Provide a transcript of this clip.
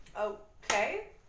Okay